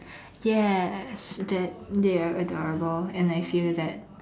yes that they are adorable and I feel that